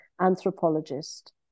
anthropologist